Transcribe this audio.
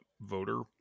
voter